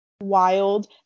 wild